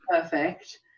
Perfect